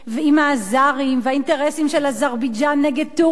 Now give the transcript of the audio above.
האזרים והאינטרסים של אזרבייג'ן נגד טורקיה,